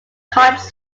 cards